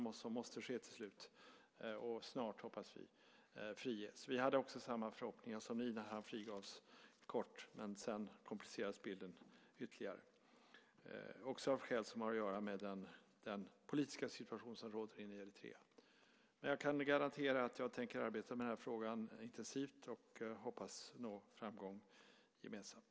Så måste ju ske till slut och snart, hoppas vi. Vi hade samma förhoppningar som ni när han frigavs kort, men sedan komplicerades bilden ytterligare också av skäl som har att göra med den politiska situation som råder i Eritrea. Jag kan garantera att jag tänker arbeta intensivt med frågan. Jag hoppas att vi ska nå framgång gemensamt.